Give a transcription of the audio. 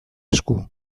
esku